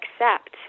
accept